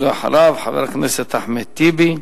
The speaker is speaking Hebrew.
ואחריו, חבר הכנסת אחמד טיבי.